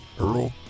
Earl